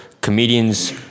comedians